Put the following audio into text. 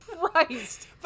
Christ